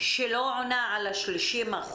שלא עונה על ה-30%,